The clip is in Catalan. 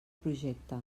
projecte